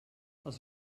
els